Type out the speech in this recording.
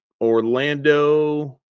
Orlando